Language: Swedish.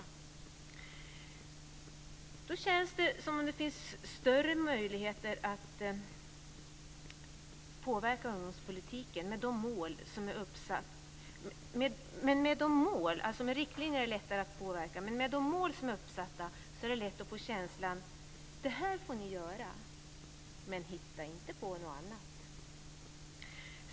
Med riktlinjer känns det som om det finns större möjligheter att påverka ungdomspolitiken. Med de mål som är uppsatta är det lätt att få känslan: Det här får ni göra, men hitta inte på något annat!